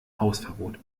hausverbot